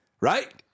right